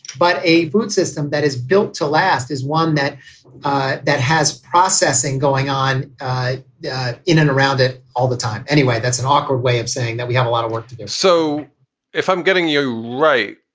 but a food system that is built to last is one that that has processing going on in and around it all the time anyway. that's an awkward way of saying that we have a lot of work to do so if i'm getting you right,